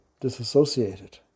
disassociated